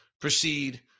proceed